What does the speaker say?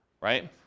right